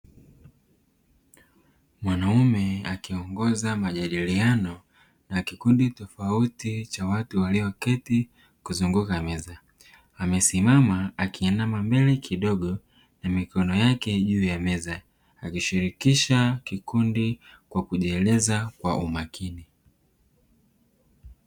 Mwanaume akiongoza majadiliano na kikundi tofauti cha watu walioketi kuzunguka meza, amesimama akiinama kidogo mbele, mikono yake ikiwa juu ya meza, akishirikisha kikundi kwa kujieleza kwa umakini.